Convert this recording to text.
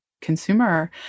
consumer